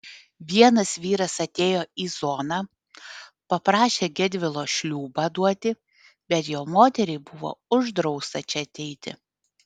vienas vyras atėjo į zoną paprašė gedvilo šliūbą duoti bet jo moteriai buvo uždrausta čia ateiti